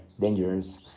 dangerous